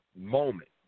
moment